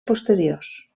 posteriors